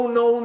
no